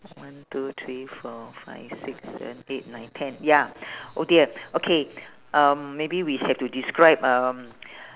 one two three four five six seven eight nine ten ya oh dear okay um maybe we have to describe uh